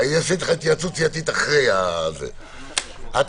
הישיבה ננעלה בשעה 16:05.